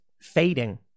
fading